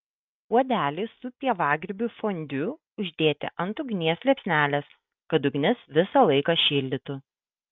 puodelį su pievagrybių fondiu uždėti ant ugnies liepsnelės kad ugnis visą laiką šildytų